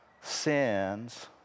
sins